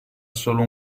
solo